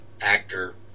actor